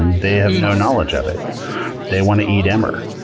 and they have no knowledge of it they want to eat emmer.